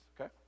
okay